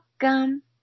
welcome